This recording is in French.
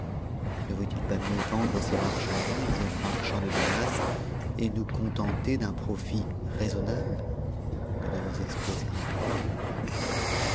ne vaut-il pas mieux vendre ces marchandises aux marchands de damas et nous contenter d'un profit raisonnable tjue de vous exposer à périr